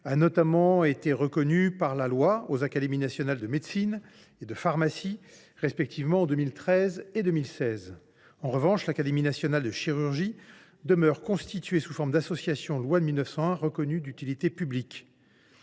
a notamment été reconnu par la loi aux académies nationales de médecine et de pharmacie, respectivement en 2013 et 2016. En revanche, l’Académie nationale de chirurgie demeure constituée sous forme d’association régie par la loi de 1901 reconnue d’utilité publique.